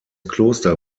kloster